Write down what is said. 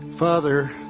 Father